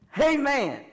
Amen